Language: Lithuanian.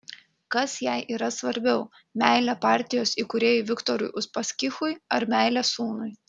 kas jai yra svarbiau meilė partijos įkūrėjui viktorui uspaskichui ar meilė sūnui